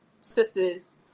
sisters